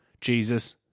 jesus